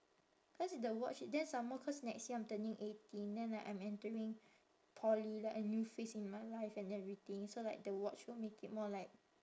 cause the watch then some more cause next year I'm turning eighteen then like I'm entering poly like a new phase in my life and everything so like the watch will make it more like